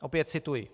Opět cituji: